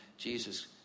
Jesus